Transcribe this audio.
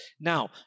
Now